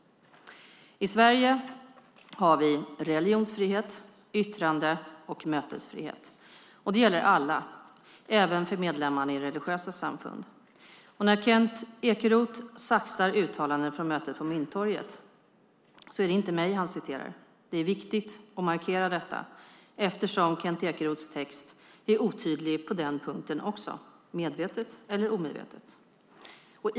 I Sverige har vi religionsfrihet, yttrandefrihet och mötesfrihet. Det gäller alla, även medlemmarna i religiösa samfund. När Kent Ekeroth saxar uttalanden från mötet på Mynttorget är det inte mig han citerar. Det är viktigt att markera detta, eftersom Kent Ekeroths text är otydlig på den punkten också - medvetet eller omedvetet.